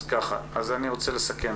אז אני רוצה לסכם.